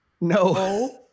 No